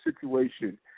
situation